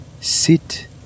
sit